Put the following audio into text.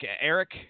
Eric